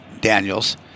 Daniels